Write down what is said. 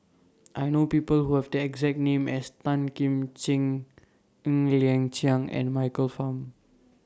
I know People Who Have The exact name as Tan Kim Ching Ng Liang Chiang and Michael Fam